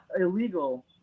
illegal